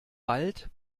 bald